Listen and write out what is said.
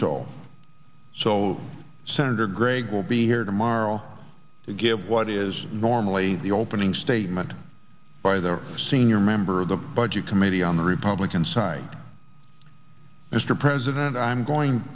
soul so senator gregg will be here tomorrow to give what is normally the opening statement by the senior member of the budget committee on the republican side mr president i'm going